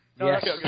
Yes